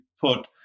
put